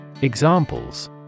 Examples